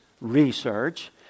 research